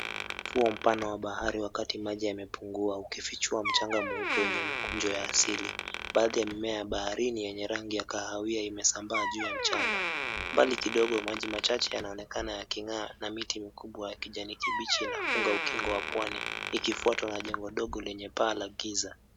Ufuo mpana wa bahari wakati maji yamepungua ukifichua mchanga mweupe wenye mkunjo wa asili, baadhi ya mimea ya baharini yenye rangi ya kahawia imesambaa juu ya mchanga. Mbali kidogo maji machache yanaonekana yaking'aa na miti mkubwa ya kijani kibichi inafunga ukingo wa pwani ikifatwa na jengo dogo lenye paa la giza.